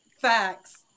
Facts